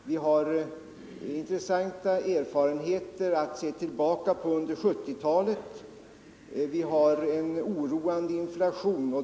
Vi har intressanta erfarenheter att se tillbaka på under 1970-talet och vi har en oroande inflation.